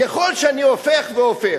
ככל שאני הופך והופך,